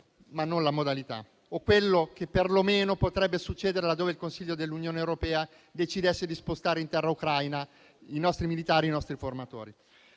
ma non la modalità, o quello che perlomeno potrebbe succedere laddove il Consiglio dell'Unione europea decidesse di spostare in terra ucraina i nostri militari e i nostri formatori.